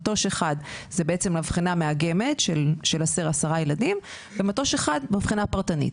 מטוש אחד זה בעצם מבחנה מאגמת של 10 ילדים ומטוש אחד מבחנה פרטנית.